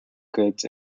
goods